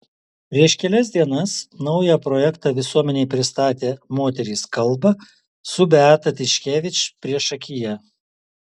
prieš kelias dienas naują projektą visuomenei pristatė moterys kalba su beata tiškevič priešakyje